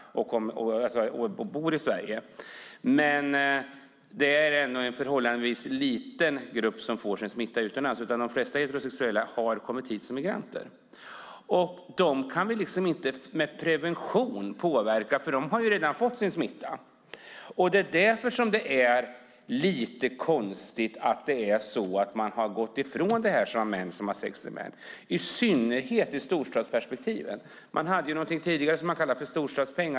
Men det är ändå en förhållandevis liten grupp som får sin smitta utomlands. De flesta heterosexuella har kommit hit som migranter. Dem kan vi inte påverka med prevention, för de har ju redan fått sin smitta. Det är därför som det är lite konstigt att man har gått ifrån män som har sex med män, i synnerhet ur ett storstadsperspektiv. Man hade någonting tidigare som man kallade för storstadspengar.